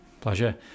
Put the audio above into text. Pleasure